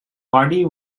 party